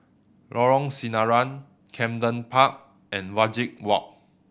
Lorong Sinaran Camden Park and Wajek Walk